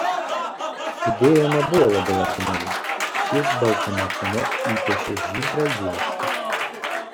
idėja nebuvo labai originali jis baltame fone įpiešė žydrą juostą